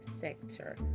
sector